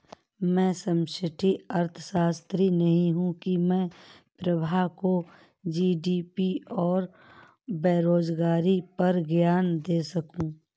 मैं समष्टि अर्थशास्त्री नहीं हूं की मैं प्रभा को जी.डी.पी और बेरोजगारी पर ज्ञान दे सकूं